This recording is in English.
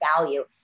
value